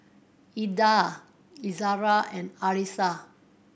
Indah Izara and Arissa